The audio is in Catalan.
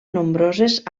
nombroses